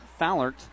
Fallert